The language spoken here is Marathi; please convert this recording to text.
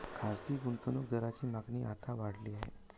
खासगी गुंतवणूक दारांची मागणी आता वाढली आहे